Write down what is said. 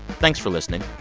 thanks for listening.